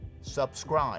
Subscribe